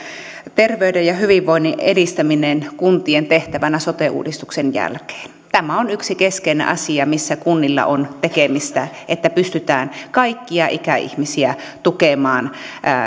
terveyden ja hyvinvoinnin edistämisen kuntien tehtävänä sote uudistuksen jälkeen tämä on yksi keskeinen asia missä kunnilla on tekemistä että pystytään kaikkia ikäihmisiä tukemaan